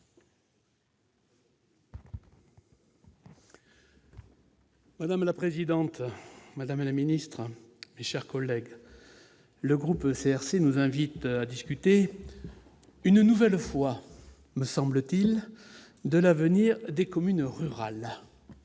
Madame la présidente, madame la secrétaire d'État, mes chers collègues, le groupe CRC nous invite à discuter, une nouvelle fois- me semble-t-il -, de l'avenir des communes rurales.